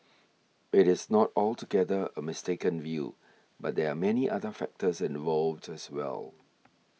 it is not altogether a mistaken view but there are many other factors involved as well